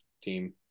team